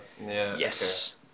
Yes